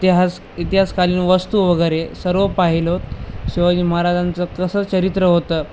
इतिहास इतिहासकालीन वस्तू वगैरे सर्व पाहिलोत शिवाजी महाराजांचं कसं चरित्र होतं